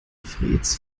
freds